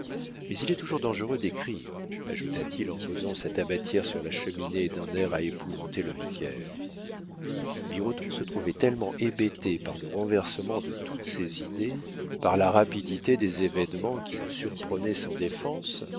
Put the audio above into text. mais il est toujours dangereux d'écrire ajouta-t-il en posant sa tabatière sur la cheminée d'un air à épouvanter le vicaire birotteau se trouvait tellement hébété par le renversement de toutes ses idées par la rapidité des événements qui le surprenaient sans défense